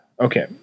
Okay